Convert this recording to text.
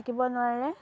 থাকিব নোৱাৰে